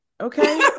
okay